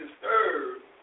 disturbed